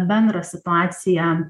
bendrą situaciją